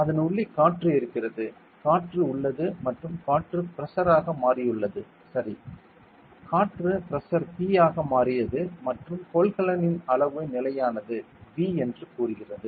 அதன் உள்ளே காற்று இருக்கிறது காற்று உள்ளது மற்றும் காற்று பிரஷர் ஆக மாறியுள்ளது சரி காற்று பிரஷர் P ஆக மாறியது மற்றும் கொள்கலனின் அளவு நிலையானது V என்று கூறுகிறது